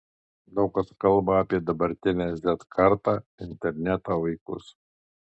daug kas kalba apie dabartinę z kartą interneto vaikus